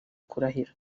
kurahira